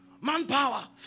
Manpower